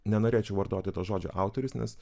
nenorėčiau vartoti to žodžio autorius nes